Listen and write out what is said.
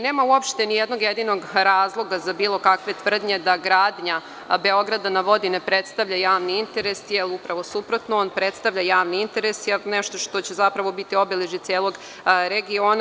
Nema ni jednog jedinog razloga za bilo kakve tvrdnje da gradnja „Beograda na vodi“ ne predstavlja javni interes, jer upravo suprotno, on predstavlja javni interes jer to će biti obeležje celog regiona.